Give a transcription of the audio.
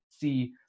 see